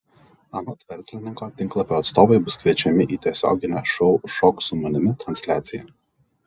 anot verslininko tinklapio atstovai bus kviečiami į tiesioginę šou šok su manimi transliaciją